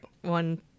one